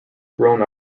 grown